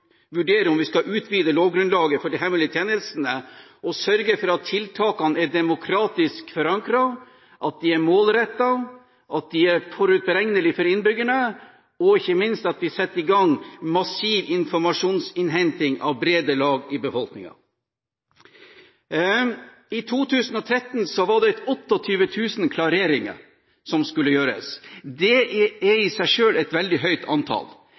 om vi skal utvide lovgrunnlaget for de hemmelige tjenestene, sørger for at tiltakene er demokratisk forankret, at de er målrettete, og at de er forutsigbare for innbyggerne – og ikke minst at vi ikke setter i gang massiv informasjonsinnhenting fra brede lag av befolkningen. I 2013 var det 28 000 sikkerhetsklareringer som skulle gjøres. Det er i seg selv et veldig høyt antall.